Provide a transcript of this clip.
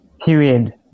Period